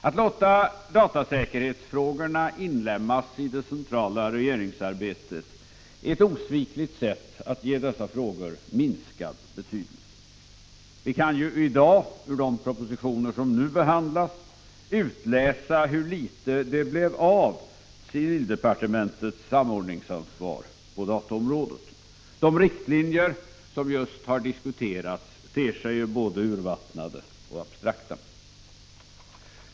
Att låta datasäkerhetsfrågorna inlemmas i det centrala regeringsarbetet är ett osvikligt sätt att ge dessa frågor minskad betydelse. Vi kan i dag ur de propositioner som nu behandlas utläsa hur litet det blev av civildepartementets samordningsansvar på dataområdet. De riktlinjer som just har diskuterats ter sig ju både urvattnade och abstrakta.